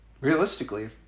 realistically